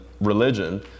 religion